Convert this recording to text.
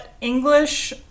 English